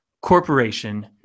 corporation